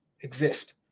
exist